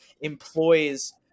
employs